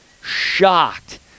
shocked